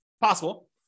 possible